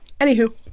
Anywho